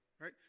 Right